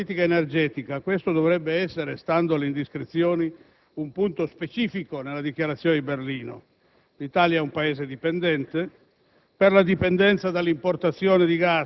Governo europeista nel campo della politica energetica: questo dovrebbe essere - stando alle indiscrezioni - un punto specifico nella Dichiarazione di Berlino. L'Italia è un Paese dipendente: